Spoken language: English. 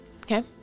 okay